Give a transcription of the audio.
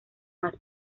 más